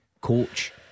coach